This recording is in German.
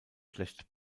schlecht